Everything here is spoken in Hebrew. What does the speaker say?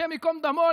השם ייקום דמו,